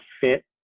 fit